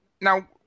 now